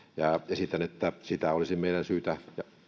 esitän että siitä olisi meidän syytä